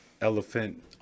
Elephant